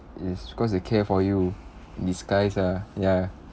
it's because they care for you in disguise ah ya